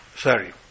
sorry